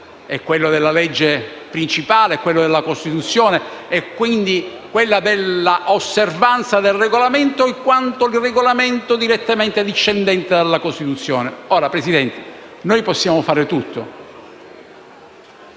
quello della legge principale, cioè della Costituzione, e quindi quello dell'osservanza del Regolamento in quanto è direttamente discendente dalla Costituzione. Ora, signor Presidente, noi possiamo fare tutto,